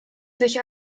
sich